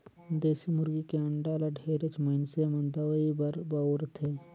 देसी मुरगी के अंडा ल ढेरेच मइनसे मन दवई बर बउरथे